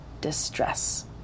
distress